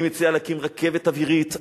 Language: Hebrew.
אני מציע להקים רכבת אווירית עכשיו.